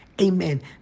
Amen